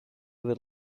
would